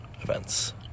events